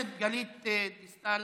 חברת הכנסת גלית דיסטל